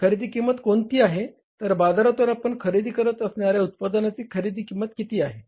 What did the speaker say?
खरेदी किंमत कोणती आहे तर बाजारातून आपण खरेदी करत असणाऱ्या उत्पादनाची खरेदी किंमत किती आहे